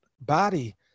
body